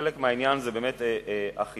חלק מהעניין זה באמת אכיפה,